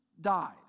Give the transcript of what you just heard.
dies